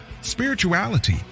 spirituality